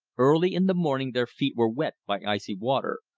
early in the morning their feet were wet by icy water,